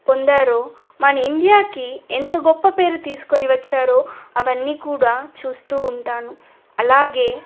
పొందారో మన ఇండియాకి ఎంత గొప్ప పేరు తీసుకొని వచ్చారో అవన్నీ కూడా చూస్తు ఉంటాను అలాగే